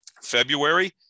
February